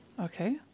Okay